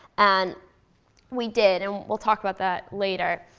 and we did. and we'll talk about that later.